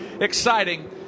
exciting